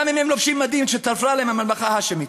גם אם הם לובשים מדים שתפרה להם הממלכה ההאשמית.